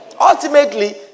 Ultimately